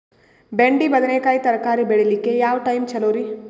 ಬೆಂಡಿ ಬದನೆಕಾಯಿ ತರಕಾರಿ ಬೇಳಿಲಿಕ್ಕೆ ಯಾವ ಟೈಮ್ ಚಲೋರಿ?